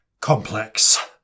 Complex